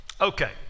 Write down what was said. Okay